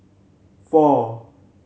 four